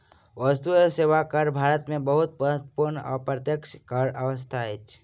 वस्तु एवं सेवा कर भारत में बहुत महत्वपूर्ण अप्रत्यक्ष कर व्यवस्था अछि